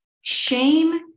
Shame